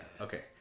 Okay